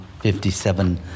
57